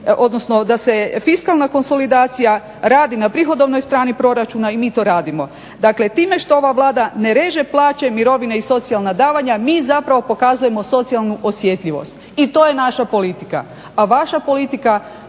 odnosno da se fiskalna konsolidacija radi na prihodovnoj proračuna i mi to radimo. Dakle, time što ova Vlada ne reže plaće, mirovine i socijalna davanja, mi zapravo pokazujemo socijalnu osjetljivost i to je naša politika.